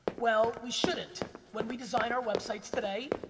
well, we shouldn't. when we design our websites today,